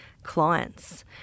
clients